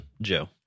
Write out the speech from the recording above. joe